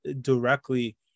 directly